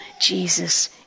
Jesus